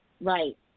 Right